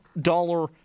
dollar